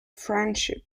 friendship